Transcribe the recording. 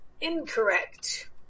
incorrect